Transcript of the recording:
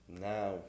now